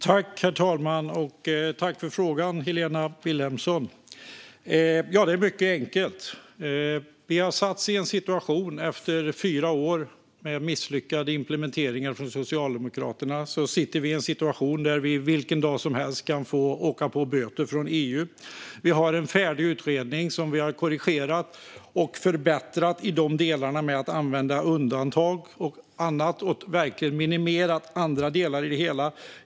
Herr talman! Tack för frågan, Helena Vilhelmsson! Ja, det är mycket enkelt. Vi har satts i en situation. Efter fyra år med misslyckade implementeringar från Socialdemokraterna sitter vi i en situation där vi vilken dag som helst kan åka på böter från EU. Vi har en färdig utredning som vi har korrigerat och förbättrat när det gäller att använda undantag och annat, och vi har verkligen minimerat andra delar i det hela.